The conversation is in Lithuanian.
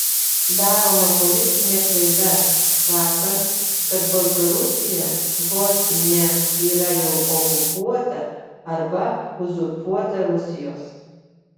daroma politinė klaida sakant kad baltarusija vos ne yra jau okupuota arba uzurpuota rusijos